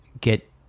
get